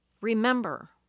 Remember